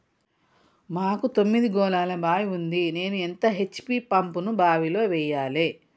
మాకు తొమ్మిది గోళాల బావి ఉంది నేను ఎంత హెచ్.పి పంపును బావిలో వెయ్యాలే?